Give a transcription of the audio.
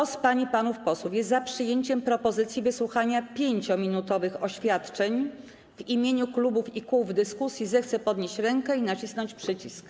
Kto z pań i panów posłów jest za przyjęciem propozycji wysłuchania 5-minutowych oświadczeń w imieniu klubów i koła w dyskusji, zechce podnieść rękę i nacisnąć przycisk.